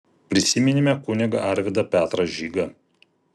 prisiminėme kunigą arvydą petrą žygą